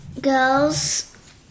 girls